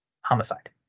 homicide